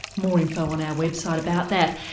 more info on our website about that.